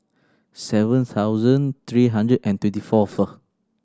seven thousand three hundred and twenty fourth